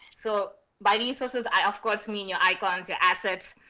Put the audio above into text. so by resources, i of course mean your icons, your assets.